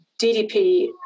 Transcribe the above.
DDP